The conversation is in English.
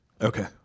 Okay